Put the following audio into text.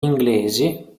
inglesi